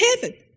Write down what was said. heaven